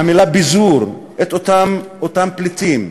מהמילה ביזור, את אותם פליטים?